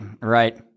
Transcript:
right